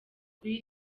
kuri